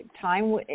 time